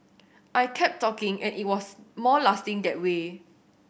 I kept talking and it was more lasting that way